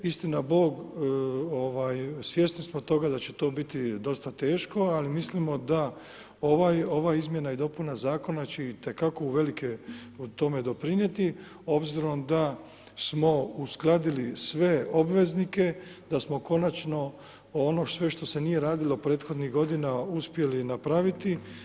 Istina bog, svjesni smo toga da će to biti dosta teško, ali mislimo da ova izmjena i dopuna Zakona će itekako uvelike u tome doprinijeti obzirom da smo uskladili sve obveznike, da smo konačno ono sve što se nije radilo prethodnih godina uspjeli napraviti.